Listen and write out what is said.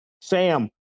Sam